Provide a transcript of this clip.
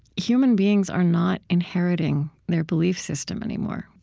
human beings are not inheriting their belief system anymore.